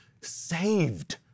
saved